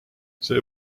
see